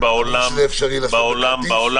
בעולם